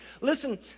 Listen